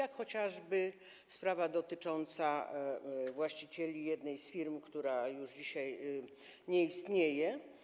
Chodzi chociażby o sprawę dotyczącą właścicieli jednej z firm, która już dzisiaj nie istnieje.